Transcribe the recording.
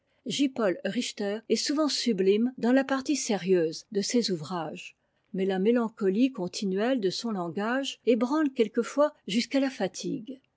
paul richter est souvent sublime dans la partie sérieuse de ses ouvrages mais la mélancolie continuelle de son langage ébranle quelquefois jusqu'à la fatigue